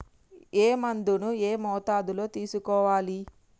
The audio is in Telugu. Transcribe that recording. ఏ మందును ఏ మోతాదులో తీసుకోవాలి?